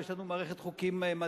ויש לנו מערכת חוקים מדהימה,